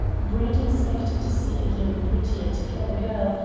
brett expected to see a young, pretty and clever girl,